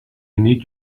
need